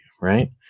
right